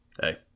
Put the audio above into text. hey